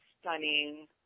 stunning